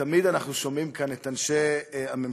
שתמיד אנחנו שומעים כאן את אנשי הממשלה,